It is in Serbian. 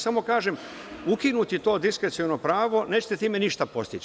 Samo kažem – ukinuti to diskreciono pravo, nećete time ništa postići.